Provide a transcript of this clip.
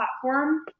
platform